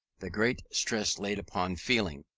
the great stress laid upon feeling.